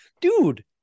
dude